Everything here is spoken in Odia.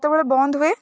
କେତେବେଳେ ବନ୍ଦ ହୁଏ